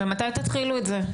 ומתי תתחילו את זה?